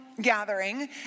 gathering